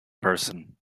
person